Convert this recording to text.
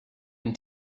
and